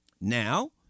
Now